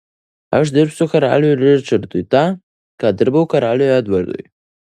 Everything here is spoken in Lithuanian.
aš dirbsiu karaliui ričardui tą ką dirbau karaliui edvardui